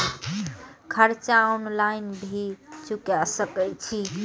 कर्जा ऑनलाइन भी चुका सके छी?